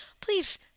Please